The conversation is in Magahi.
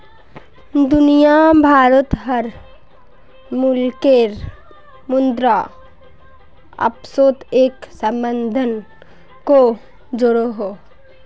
दुनिया भारोत हर मुल्केर मुद्रा अपासोत एक सम्बन्ध को जोड़ोह